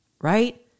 right